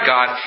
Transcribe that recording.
God